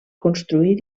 construir